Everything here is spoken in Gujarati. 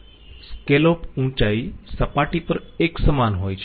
સ્કેલોપ ઊંચાઈ સપાટી પર એકસમાન હોય છે